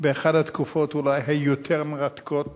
באחת התקופות אולי היותר מרתקות